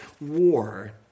War